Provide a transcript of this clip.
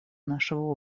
нашего